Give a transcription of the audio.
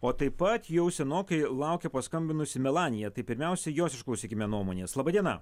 o taip pat jau senokai laukia paskambinusi melanija tai pirmiausia jos išklausykime nuomonės laba diena